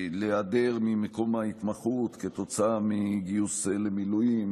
להיעדר ממקום ההתמחות כתוצאה מגיוס למילואים,